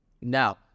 Now